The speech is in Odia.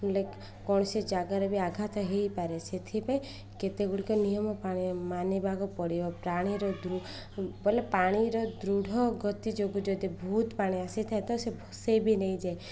ବଲେ କୌଣସି ଜାଗାରେ ବି ଆଘାତ ହେଇପାରେ ସେଥିପାଇଁ କେତେଗୁଡ଼ିକ ନିୟମ ପାଣି ମାନିବାକୁ ପଡ଼ିବ ପ୍ରାଣିର ବୋଲେ ପାଣିର ଦୃଢ଼ ଗତି ଯୋଗୁ ଯଦି ଭହୁତ ପାଣି ଆସିଥାଏ ତ ସେ ଭସେଇ ବି ନେଇଯାଏ